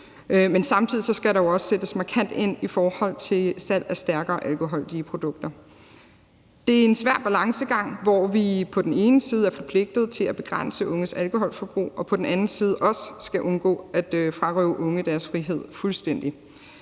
men samtidig skal der også sættes markant ind i forhold til salg af stærkere alkoholholdige produkter. Det er en svære balancegang, hvor vi på den ene side er forpligtet til at begrænse unges alkoholforbrug og på den anden side også skal undgå at frarøve unge deres frihed fuldstændig.